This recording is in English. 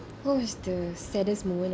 what was the saddest moment